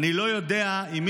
אבל לפני שתמצא לזה פתרון,